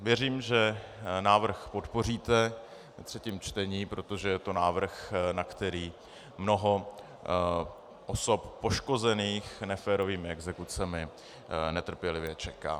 Věřím, že návrh podpoříte ve třetím čtení, protože je to návrh, na který mnoho osob poškozených neférovými exekucemi netrpělivě čeká.